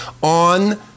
on